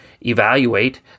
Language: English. evaluate